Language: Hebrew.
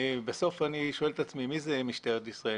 ובסוף אני שואל את עצמי מי זה משטרת ישראל.